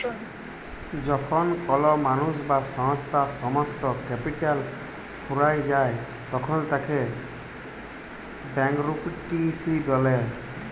যখল কল মালুস বা সংস্থার সমস্ত ক্যাপিটাল ফুরাঁয় যায় তখল তাকে ব্যাংকরূপটিসি ব্যলে